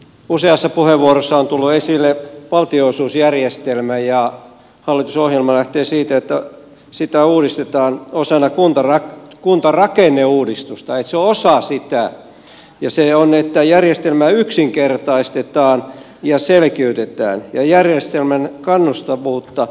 useassa puheenvuorossa on tullut esille valtionosuusjärjestelmä ja hallitusohjelma lähtee siitä että sitä uudistetaan osana kuntarakenneuudistusta että se on osa sitä ja se on että järjestelmää yksinkertaistetaan ja selkiytetään ja järjestelmän kannustavuutta parannetaan